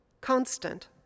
constant